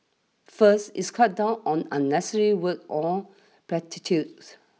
first it's cuts down on unnecessary words on platitudes